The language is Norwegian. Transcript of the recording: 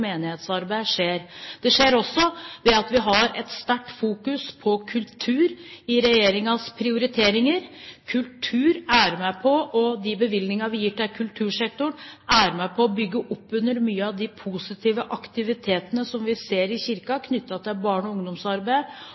skjer. Det skjer også ved at regjeringen fokuserer sterkt på kultur i sine prioriteringer. Bevilgningene til kultursektoren er med på å bygge opp under mange av de positive aktivitetene i Kirken som er knyttet til barne- og ungdomsarbeid